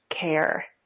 care